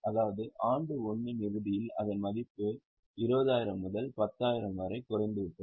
அதாவது ஆண்டு 1 இன் இறுதியில் அதன் மதிப்பு 20000 முதல் 10000 வரை குறைந்துவிட்டது